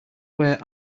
where